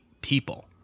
people